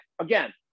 again